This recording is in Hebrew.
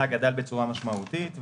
גדל בצורה משמעותית.